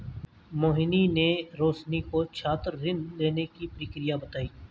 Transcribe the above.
मोहिनी ने रोशनी को छात्र ऋण लेने की प्रक्रिया बताई